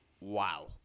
Wow